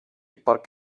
park